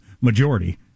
majority